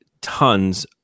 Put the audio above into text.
tons